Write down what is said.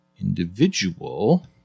Individual